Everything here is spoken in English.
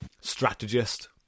strategist